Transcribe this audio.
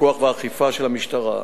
פיקוח ואכיפה של המשטרה.